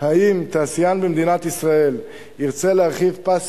היא האם תעשיין במדינת ישראל ירצה להרחיב פס